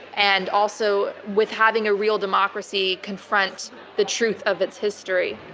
and also with having a real democracy confront the truth of its history?